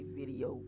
video